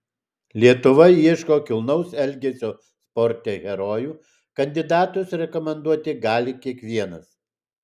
lietuva ieško kilnaus elgesio sporte herojų kandidatus rekomenduoti gali kiekvienas